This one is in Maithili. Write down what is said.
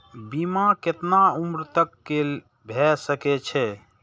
बीमा केतना उम्र तक के भे सके छै?